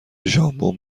ژامبون